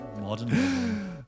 Modern